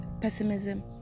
pessimism